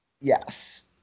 Yes